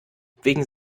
wegen